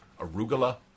Arugula